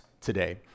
today